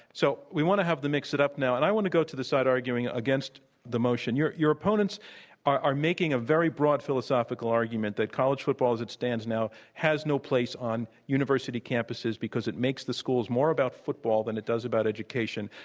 so we want to have them mix it up now. and i want to go to the side arguing against the motion. your your opponents are making a very broad philosophical argument that college football, as it stands now has no place on university campuses because it makes the schools more about football than it does about education,